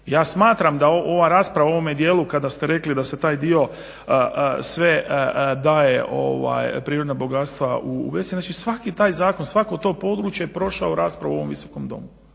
Ja smatram da ova rasprava u ovome dijelu kada ste rekli da se taj dio sve daje prirodna bogatstva u bescjenje, znači svaki taj zakon, svako to područje je prošao raspravu u ovom Visokom domu,